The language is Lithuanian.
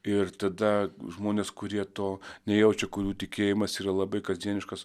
ir tada žmonės kurie to nejaučia kurių tikėjimas yra labai kasdieniškas